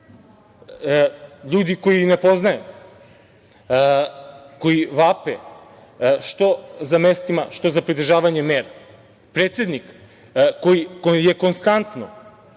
ljudi koje i ne poznajem, koji vape što za mestima, što za pridržavanjem mera. Predsednik koji je konstantno